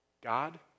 God